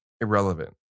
irrelevant